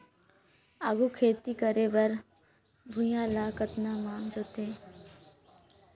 आघु खेती करे बर भुइयां ल कतना म जोतेयं?